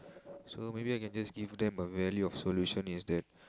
so maybe I can just give them a value of solution is that